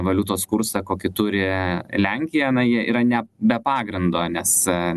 valiutos kursą kokį turi lenkija na jie yra ne be pagrindo nes